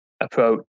approach